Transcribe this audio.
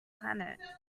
planet